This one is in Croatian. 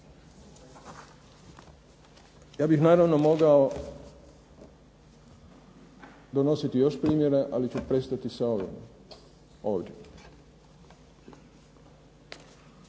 Ja bih naravno mogao donositi još primjera, ali ću prestati sa ovim ovdje.